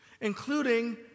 including